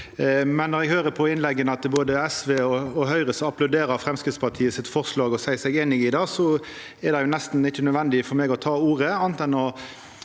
i. Når eg høyrer på innlegga til både SV og Høgre, som applauderer Framstegspartiets forslag og seier seg einige i det, er det nesten ikkje nødvendig for meg å ta ordet,